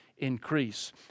increase